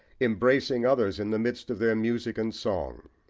embracing others in the midst of their music and song.